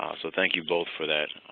um so thank you both for that.